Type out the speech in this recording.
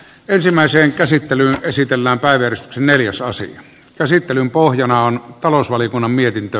ensimmäisen käsittelyn esitellään päivitys neljäsosa käsittelyn pohjana on talousvaliokunnan mietintö